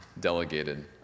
delegated